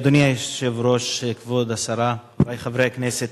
אדוני היושב-ראש, כבוד השרה, רבותי חברי הכנסת,